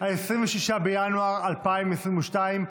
26 בינואר 2022,